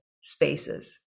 spaces